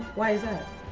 why is that?